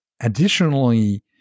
additionally